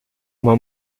uma